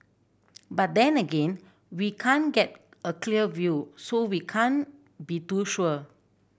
but then again we can't get a clear view so we can't be too sure